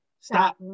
stop